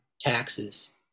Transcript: taxes